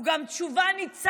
הוא גם תשובה ניצחת